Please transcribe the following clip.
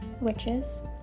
witches